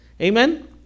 Amen